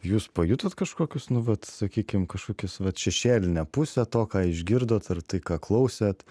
jūs pajutot kažkokius nu vat sakykim kažkokius vat šešėlinę pusę to ką išgirdot ar tai ką klausėt